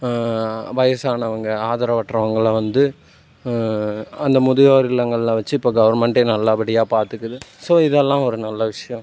வயசானவங்க ஆதரவற்றவங்களை வந்து அந்த முதியோர் இல்லங்களில் வச்சு இப்போ கவர்மெண்ட்டே நல்லபடியாக பார்த்துக்குது ஸோ இதெல்லாம் ஒரு நல்ல விஷயம்